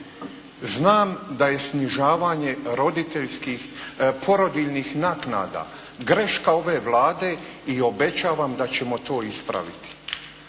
«Znam da je snižavanje roditeljskih, porodiljnih naknada greška ove Vlade i obećavam da ćemo to ispraviti.»